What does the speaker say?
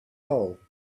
hole